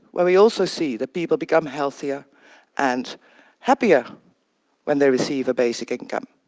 where we also see that people become healthier and happier when they receive a basic income.